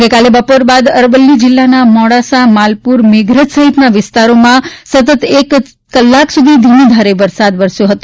ગઇકાલે બપોર બાદ અરવલ્લી જિલ્લાના મોડાસા માલપુર મેઘરજ સહિતના વિસ્તારોમાં સતત એક કલાક સુધી ધીમીધારે વરસાદ વરસ્યો હતો